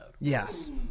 Yes